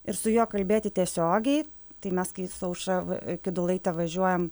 ir su juo kalbėti tiesiogiai tai mes kai su aušra va kidulaite važiuojam